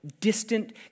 distant